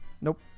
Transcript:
Nope